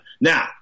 now